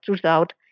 throughout